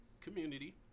Community